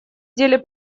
деле